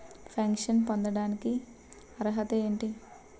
Pension పొందడానికి అర్హత ఏంటి?